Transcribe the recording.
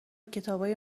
کتابای